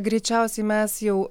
greičiausiai mes jau